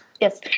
Yes